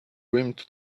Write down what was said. rimmed